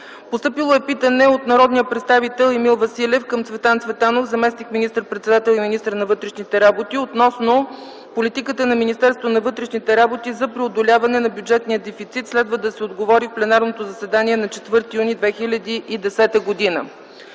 2010 г.; - питане от народния представител Емил Василев към Цветан Цветанов – заместник министър-председател и министър на вътрешните работи, относно политиката на Министерството на вътрешните работи за преодоляване на бюджетния дефицит. Следва да се отговори в пленарното заседание на 4 юни 2010 г.;